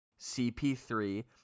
CP3